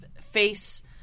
face